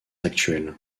actuels